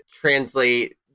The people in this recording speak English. translate